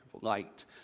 light